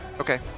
Okay